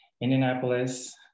Indianapolis